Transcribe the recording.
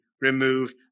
removed